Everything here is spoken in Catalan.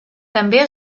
també